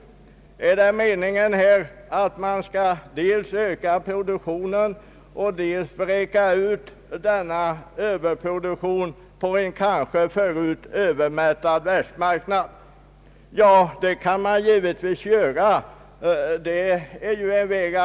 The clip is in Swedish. Är det nu meningen att man dels skall öka produktionen, dels vräka ut denna överproduktion på en kanske redan övermättad världsmarknad? Ja, det är givetvis en väg man kan gå.